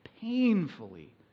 painfully